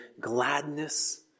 gladness